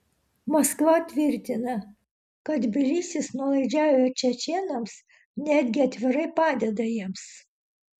maskva tvirtina kad tbilisis nuolaidžiauja čečėnams netgi atvirai padeda jiems